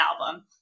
album